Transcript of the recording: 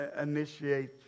initiate